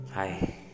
Hi